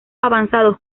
avanzados